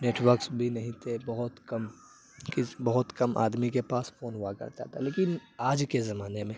networks بھی نہیں تھے بہت کم کس بہت کم آدمی کے پاس فون ہوا کرتا تھا لیکن آج کے زمانے میں